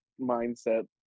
mindset